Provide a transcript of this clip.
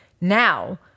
Now